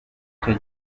icyo